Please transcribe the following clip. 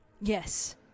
yes